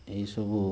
ଏହିସବୁ